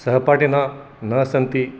सहपाठिनः न सन्ति